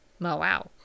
wow